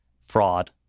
fraud